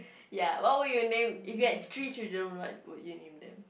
ya what would you name if you have three children what would you name them